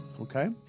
okay